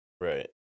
Right